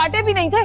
um everything.